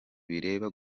bireba